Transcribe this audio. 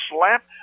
slap